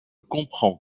comprends